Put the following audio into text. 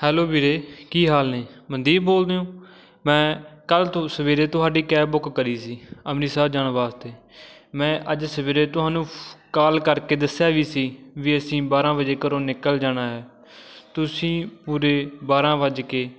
hello ਵੀਰੇ ਕੀ ਹਾਲ ਨੇ ਮਨਦੀਪ ਬੋਲਦੇ ਹੋ ਮੈਂ ਕੱਲ੍ਹ ਤੋਂ ਸਵੇਰੇ ਤੁਹਾਡੀ ਕੈਬ ਬੁੱਕ ਕਰੀ ਸੀ ਅੰਮ੍ਰਿਤਸਰ ਜਾਣ ਵਾਸਤੇ ਮੈਂ ਅੱਜ ਸਵੇਰੇ ਤੁਹਾਨੂੰ ਫ ਕਾਲ ਕਰਕੇ ਦੱਸਿਆ ਵੀ ਸੀ ਵੀ ਅਸੀਂ ਬਾਰਾਂ ਵਜੇ ਘਰੋਂ ਨਿਕਲ ਜਾਣਾ ਹੈ ਤੁਸੀਂ ਪੂਰੇ ਬਾਰਾਂ ਵੱਜ ਕੇ